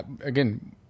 again